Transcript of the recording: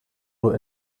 nur